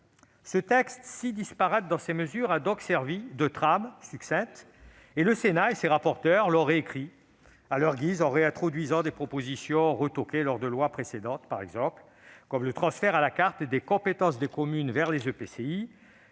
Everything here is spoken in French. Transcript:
Ce texte, si disparate dans ses mesures, a donc servi de trame succincte, et le Sénat et ses rapporteurs l'ont réécrit à leur guise en réintroduisant des propositions retoquées lors de lois précédentes, comme le transfert à la carte des compétences des communes vers les EPCI